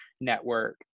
network